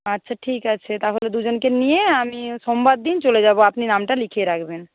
আচ্ছা ঠিক আছে তাহলে দুজনকে নিয়ে আমি সোমবার দিন চলে যাব আপনি নামটা লিখিয়ে রাখবেন